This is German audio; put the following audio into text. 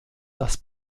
das